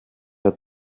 der